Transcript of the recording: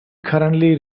currently